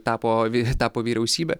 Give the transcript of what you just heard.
tapo vi tapo vyriausybe